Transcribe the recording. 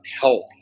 health